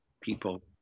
people